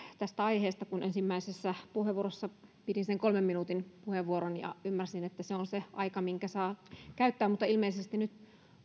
tästä aiheesta kun ensimmäisessä puheenvuorossa pidin sen kolmen minuutin puheenvuoron ja ymmärsin että se on se aika minkä saa käyttää mutta ilmeisesti nyt